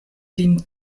lin